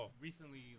recently